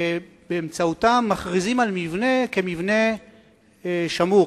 שבאמצעותם מכריזים על מבנה כמבנה שמור,